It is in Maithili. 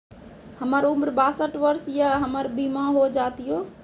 हमर उम्र बासठ वर्ष या हमर बीमा हो जाता यो?